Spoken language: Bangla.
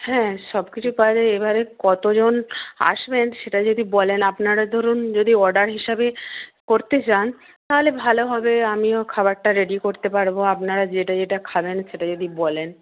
হ্যাঁ সব কিছুই পাওয়া যায় এবারে কতজন আসবেন সেটা যদি বলেন আপনারা ধরুন যদি অর্ডার হিসাবে করতে চান তাহলে ভালো হবে আমিও খাবারটা রেডি করতে পারব আপনারা যেটা যেটা খাবেন সেটা যদি বলেন